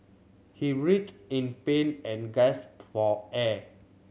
he writhed in pain and gasped for air